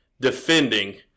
defending